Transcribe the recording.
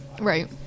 Right